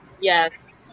Yes